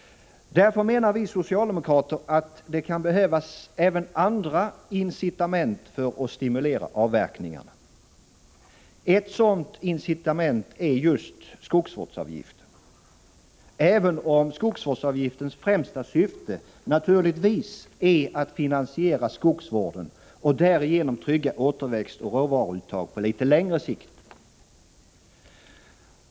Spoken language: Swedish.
Därför menar vi socialdemokrater att det kan behövas även andra incitament för att stimulera avverkningarna. Ett sådant incitament är just skogsvårdsavgiften, även om dess främsta syfte naturligtvis är att finansiera skogsvården och därigenom trygga återväxt och råvaruuttag på litet längre sikt.